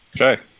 Okay